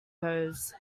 pose